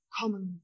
common